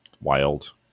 wild